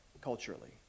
culturally